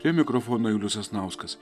prie mikrofono julius sasnauskas